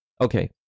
okay